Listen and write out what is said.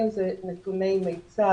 אנחנו עובדים על תוכנית קישורי